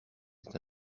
est